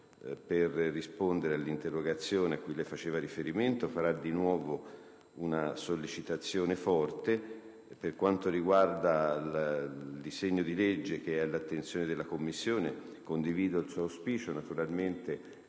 risponda all'interrogazione a cui lei faceva riferimento; rivolgerà di nuovo una sollecitazione forte. Per quanto riguarda il disegno di legge che è all'attenzione della Commissione, condivido il suo auspicio. Naturalmente